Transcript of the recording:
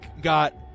got